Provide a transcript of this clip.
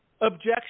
objection